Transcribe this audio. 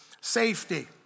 safety